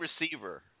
receiver